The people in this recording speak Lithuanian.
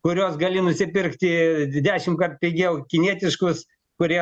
kuriuos gali nusipirkti dešimtkart pigiau kinietiškus kurie